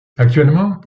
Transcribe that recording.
actuellement